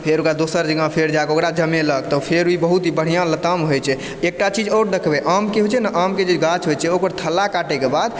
फेर ओकरा दोसर जगह फेर जा कऽ ओकरा जमेलक तऽ फेर ई बहुत ही बढ़िऑं लताम होइ छै एकटा चीज आओर देखबै आमके होइ छै ने आमके जे गाछ होइ छै ओकर थल्ला काटैके बाद